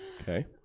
okay